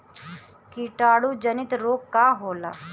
कीटाणु जनित रोग का होला?